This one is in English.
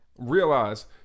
Realize